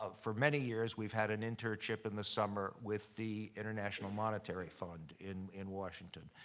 ah for many years, we've had an internship in the summer with the international monetary fund in in washington.